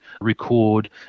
record